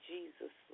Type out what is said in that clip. Jesus